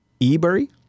eBury